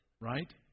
Right